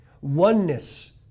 oneness